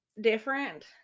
different